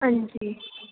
हां जी